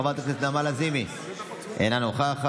חברת הכנסת נעמה לזימי, אינה נוכחת.